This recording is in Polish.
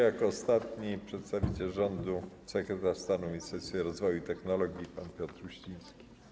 Jako ostatni przedstawiciel rządu sekretarz stanu w Ministerstwie Rozwoju i Technologii pan Piotr Uściński.